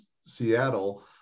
Seattle